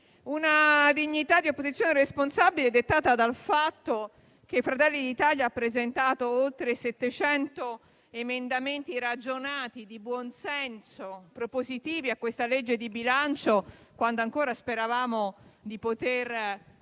Tale dignità di opposizione responsabile è dettata dal fatto che il Gruppo Fratelli d'Italia ha presentato oltre 700 emendamenti ragionati, di buon senso e propositivi al disegno di legge di bilancio, quando ancora speravamo di poter apportare